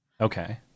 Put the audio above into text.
Okay